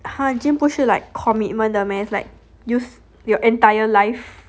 !huh! gym 不是 like commitment 的 meh like use your entire life